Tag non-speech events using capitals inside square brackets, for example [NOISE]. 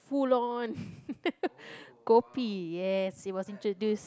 full on [LAUGHS] kopi yes it was introduced